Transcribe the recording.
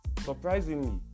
surprisingly